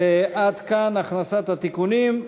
עד כאן הכנסת התיקונים.